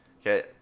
Okay